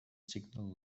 signal